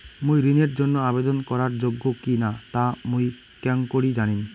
মুই ঋণের জন্য আবেদন করার যোগ্য কিনা তা মুই কেঙকরি জানিম?